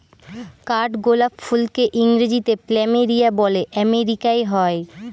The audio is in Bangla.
কাঠগোলাপ ফুলকে ইংরেজিতে প্ল্যামেরিয়া বলে আমেরিকায় হয়